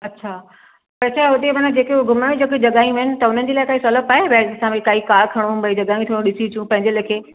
अछा अछा हुते माना जेके हो घुमण जूं जेकियूं जॻहियूं आहिनि त हुन जे लाइ काई सहूलियत आहे असां भाई काई कार खणूं भाई जॻहि बि थोरी ॾिसी अचऊं पंहिंजे लेखे